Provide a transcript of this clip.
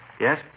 Yes